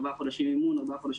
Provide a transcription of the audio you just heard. ארבעה חודשים אימון,